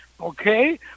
Okay